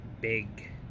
big